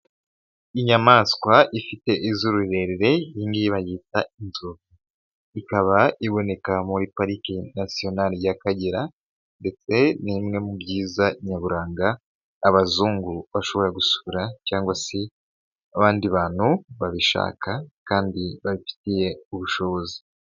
Inyamaswa ifite izu rirerire, iyingiyi bayita inzovu, ikaba iboneka muri pariki natiyona y'Akagera ndetse n'imwe mu byiza nyaburanga abazungu bashobora gusura cyangwa se abandi bantu babishaka kandi babifitiye ubushobozi.